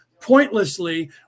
pointlessly